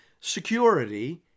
security